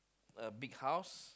a big house